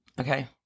Okay